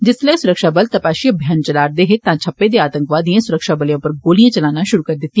जिसलै सुरक्षाबल तपाषी अभियाल चलारदे हे तां छप्पे दे आतंकवादिएं सुरक्षा बले उप्पर गोलियां चलाना षुरु करी दिता